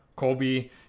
Colby